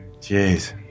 jeez